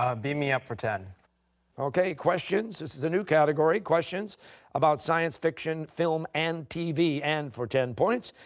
ah beam me up for ten. costa okay, questions. this is a new category. questions about science fiction, film, and tv. and for ten points,